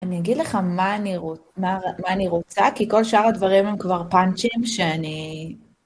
אני אגיד לך מה אני רוצה, כי כל שאר הדברים הם כבר פאנצ'ים שאני...